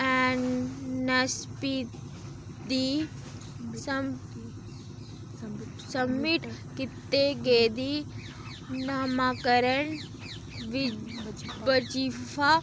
N S P दी submit कीती गेदी नमांकरण बजीफा